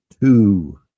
Two